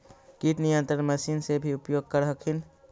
किट नियन्त्रण मशिन से भी उपयोग कर हखिन?